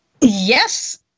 Yes